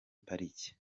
parike